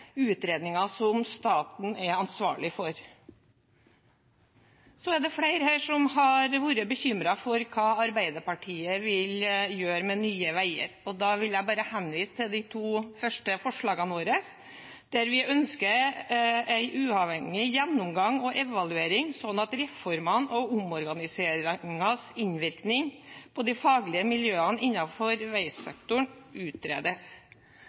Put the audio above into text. er flere her som har vært bekymret for hva Arbeiderpartiet vil gjøre med Nye Veier. Da vil jeg bare henvise til de to første forslagene våre, der det står at vi ønsker en uavhengig gjennomgang og evaluering av de ulike reformene og omorganiseringenes innvirkning på de faglige miljøene